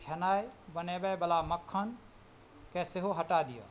खेनाइ बनेबैवला मक्खनके सेहो हटा दिअऽ